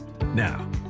Now